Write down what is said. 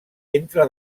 entre